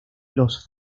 los